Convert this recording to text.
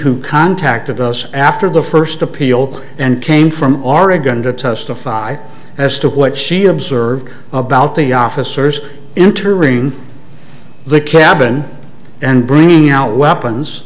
who contacted us after the first appeal and came from oregon to testify as to what she observed about the officers entering the cabin and bringing out weapons